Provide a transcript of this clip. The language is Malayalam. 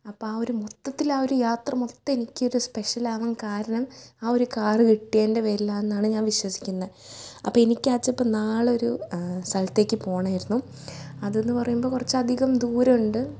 അപ്പം ആ ഒരു മൊത്തത്തിൽ ഒരു യാത്ര മൊത്തം എനിക്കൊരു സ്പെഷ്യൽ ആവാൻ കാരണം ഒരു കാർ കിട്ടിയതിൻ്റെ പേരിലാണെന്നാണ് ഞാൻ വിശ്വസിക്കുന്നത് അപ്പം എനിക്കാച്ചാ ഇപ്പം നാളെ ഒരു സ്ഥലത്തേക്ക് പോവണമായിരുന്നു അതെന്ന് പറയുമ്പോൾ കുറച്ചധികം ദൂരമുണ്ട്